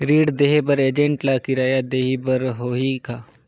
ऋण देहे बर एजेंट ला किराया देही बर होही का?